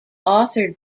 authored